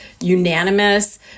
unanimous